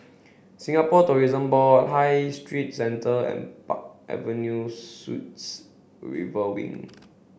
Singapore Tourism Board High Street Centre and Park Avenue Suites River Wing